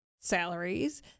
salaries